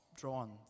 drawn